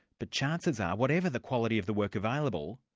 but chances are, whatever the quality of the work available,